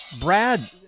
Brad